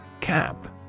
Cab